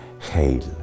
Hail